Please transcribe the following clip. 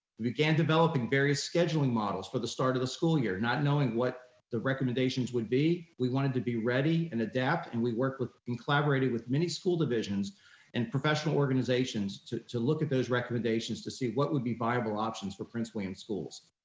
we began developing various scheduling models for the start of the school year not knowing what the recommendations would be. we wanted to be ready and adapt and we worked with and collaborated with many school divisions and professional organizations to to look at those recommendations to see what would be viable options for prince william schools.